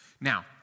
Now